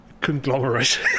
conglomerate